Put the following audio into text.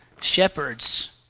shepherds